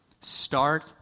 start